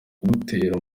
ugutera